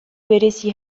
berezi